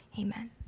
amen